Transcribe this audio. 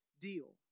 deal